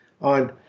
on